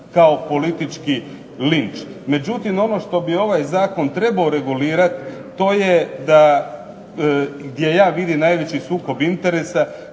kao politički linč. Međutim, ono što bi ovaj Zakon trebao regulirati to je gdje j a vidim najveći sukob interesa,